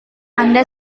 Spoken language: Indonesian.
anda